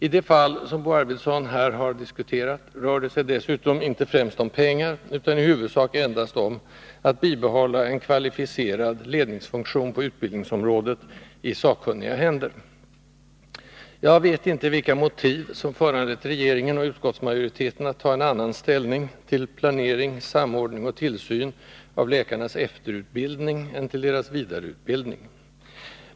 I det fall som Bo Arvidson här har diskuterat rör det sig dessutom inte främst om pengar utan i huvudsak endast om att bibehålla en kvalificerad ledningsfunktion på utbildningsområdet i sakkunniga händer. Jag vet inte vilka motiv som föranlett regeringen och utskottsmajoriteten att ta en annan ställning till planering, samordning och tillsyn av läkarnas efterutbildning än till deras vidareutbildning.